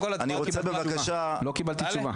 לא קיבלתי תשובה,